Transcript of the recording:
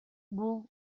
бул